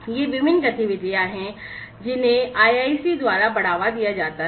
ये विभिन्न गतिविधियाँ हैं जिन्हें IIC द्वारा बढ़ावा दिया जाता है